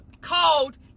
called